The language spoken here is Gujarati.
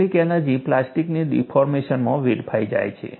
કેટલીક એનર્જી પ્લાસ્ટિકની ડિફોર્મેશનમાં વેડફાઈ જાય છે